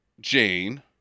jane